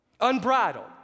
Unbridled